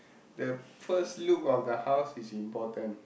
the first look of the house is important